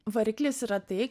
variklis yra tai